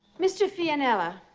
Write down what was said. mr. fianella,